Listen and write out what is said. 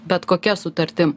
bet kokia sutartim